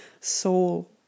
soul